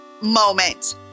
moment